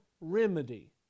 remedy